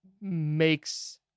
makes